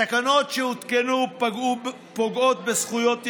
התקנות שהותקנו פוגעות בזכויות יסוד,